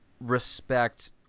respect